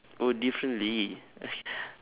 oh differently